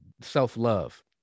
self-love